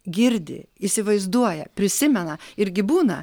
girdi įsivaizduoja prisimena irgi būna